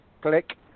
Click